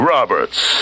Roberts